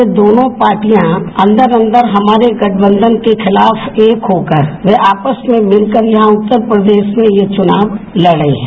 ये दोनो पार्टियां अंदर अंदर हमारे गठबंधन के खिलाफ एक होकर व आपस में मिलकर यहां उत्तर प्रदेश में ये चुनाव लड़ रही हैं